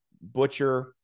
Butcher